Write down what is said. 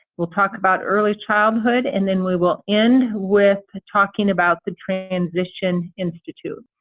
we'll talk about early childhood, and then we will end with talking about the transition institute.